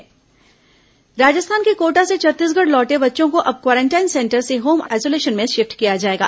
corona Kota बच्चे राजस्थान के कोटा से छत्तीसगढ़ लौटे बच्चों को अब क्वारेंटाइन सेंटर से होम आइसोलशन में शिफ्ट किया जाएगा